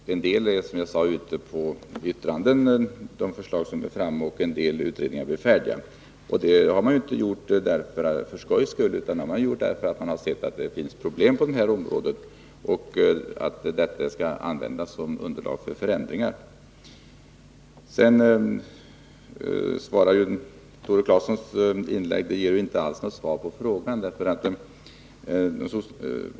En del förslag är ute för yttranden, och en del utredningar är färdiga. Detta har vi inte gjort för skojs skull utan därför att vi har sett att det finns problem på detta område. Detta material skall sedan användas som underlag för förändringar. Tore Claesons inlägg ger inte något svar på min fråga.